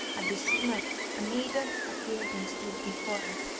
at this signal a maiden appeared and stood before her.